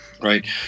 Right